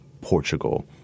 Portugal